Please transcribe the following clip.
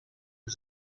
que